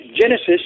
Genesis